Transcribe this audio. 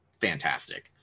fantastic